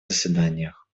заседаниях